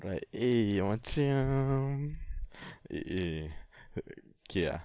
alright eh macam eh eh okay ah